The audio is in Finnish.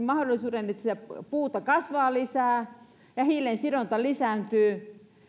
mahdollisuuden että sitä puuta kasvaa lisää ja hiilensidonta lisääntyy